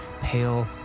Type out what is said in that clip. pale